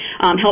help